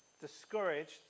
discouraged